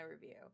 review